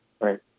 right